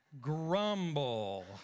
grumble